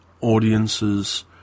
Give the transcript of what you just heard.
audiences